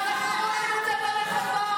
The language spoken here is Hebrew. ואנחנו רואים את זה ברחובות.